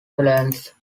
planes